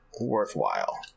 worthwhile